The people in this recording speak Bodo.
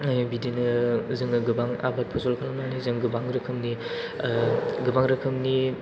बिदिनो जोङो गोबां आबाद फसल खालामनानै जों गोबां रोखोमनि गोबां रोखोमनि